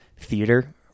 theater